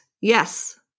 Yes